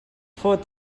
fot